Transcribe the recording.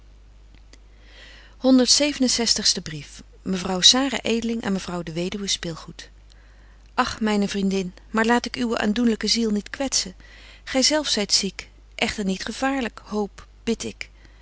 zestigste brief mevrouw sara edeling aan mevrouw de weduwe spilgoed ach myne vriendin maar laat ik uwe aandoenlyke ziel niet kwetzen gy zelf zyt ziek echter niet gevaarlyk hoop bid ik